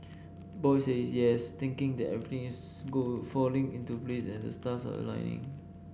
boy says yes thinking that everything is go falling into place and the stars are aligning